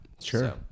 Sure